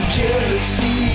jealousy